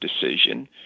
decision